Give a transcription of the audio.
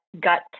gut